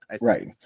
Right